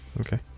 Okay